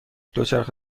دوچرخه